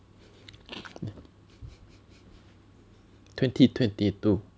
twenty twenty two